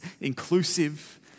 inclusive